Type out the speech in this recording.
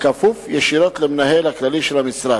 הכפוף ישירות למנהל הכללי של המשרד.